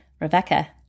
Rebecca